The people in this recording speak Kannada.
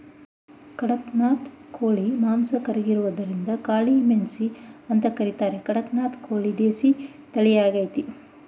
ಖಡಕ್ನಾಥ್ ಕೋಳಿ ಮಾಂಸ ಕರ್ರಗಿರೋದ್ರಿಂದಕಾಳಿಮಸಿ ಅಂತ ಕರೀತಾರೆ ಕಡಕ್ನಾಥ್ ಕೋಳಿ ದೇಸಿ ತಳಿಯಾಗಯ್ತೆ